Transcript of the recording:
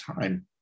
time